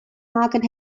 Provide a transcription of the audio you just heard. market